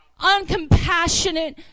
uncompassionate